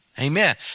Amen